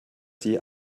sie